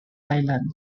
thailand